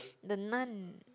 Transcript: the Nun